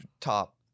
top